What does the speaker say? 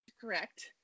correct